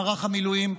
במערך המילואים,